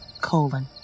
colon